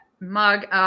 mug